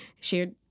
shared